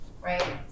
Right